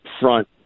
front